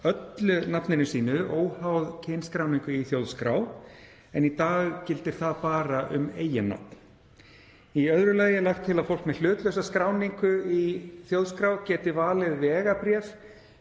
öllu nafninu sínu óháð kynskráningu í þjóðskrá en í dag gildir það bara um eiginnöfn. Í öðru lagi er lagt til að fólk með hlutlausa skráningu í þjóðskrá geti valið vegabréf